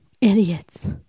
Idiots